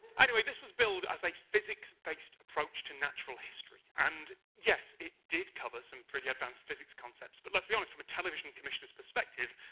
anyway, this was billed as a physics-based approach to natural history, and yes, it did cover some pretty advanced physics concepts, but let's be honest, from a television commissioner's perspective,